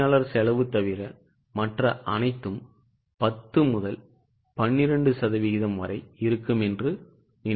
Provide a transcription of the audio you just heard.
பணியாளர் செலவு தவிர மற்ற அனைத்தும் 10 முதல் 12 சதவீதம் வரை இருக்கும் என்று நினைக்கிறேன்